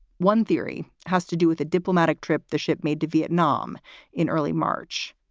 one theory has to do with a diplomatic trip the ship made to vietnam in early march.